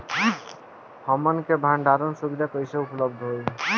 हमन के भंडारण सुविधा कइसे उपलब्ध होई?